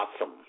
awesome